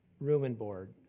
room and board,